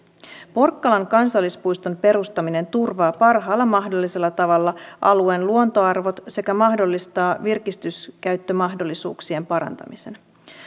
porkkalan kansallispuiston perustaminen turvaa parhaalla mahdollisella tavalla alueen luontoarvot sekä mahdollistaa virkistyskäyttömahdollisuuksien parantamisen